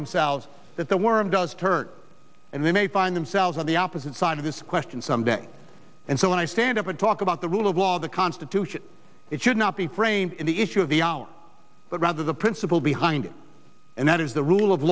themselves that the worm does turn and they may find themselves on the opposite side of this question some day and so when i stand up and talk about the rule of law the constitution it should not be framed in the issue of the hour but rather the principle behind it and that is the rule of